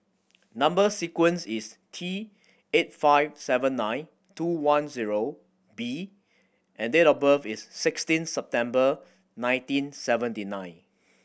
number sequence is T eight five seven nine two one zero B and date of birth is sixteen September nineteen seventy nine